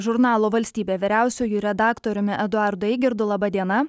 žurnalo valstybė vyriausiuoju redaktoriumi eduardu eigirdu laba diena